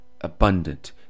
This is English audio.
abundant